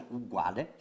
uguale